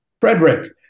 Frederick